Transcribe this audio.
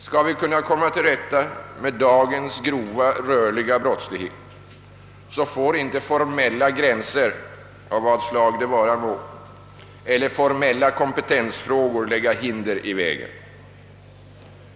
Skall vi kunna komma till rätta med dagens grova, rörliga brottslighet, får inte formella gränser av vad slag de vara må eller formella kompetensfrågor lägga hinder i vägen.